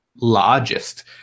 largest